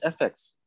FX